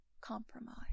compromise